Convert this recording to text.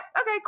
Okay